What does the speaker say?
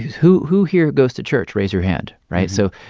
who who here goes to church? raise your hand, right? so,